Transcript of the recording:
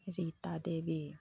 Rita Devi